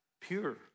pure